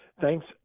Thanks